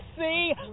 see